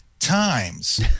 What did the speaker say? times